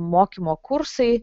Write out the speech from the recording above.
mokymo kursai